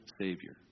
Savior